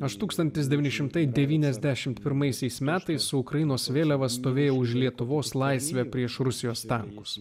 aš tūkstantis devyni šimtai devyniasdešimt pirmaisiais metais su ukrainos vėliava stovėjau už lietuvos laisvę prieš rusijos tankus